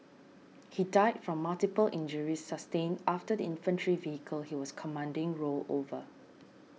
he died from multiple injuries sustained after the infantry vehicle he was commanding rolled over